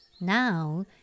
Now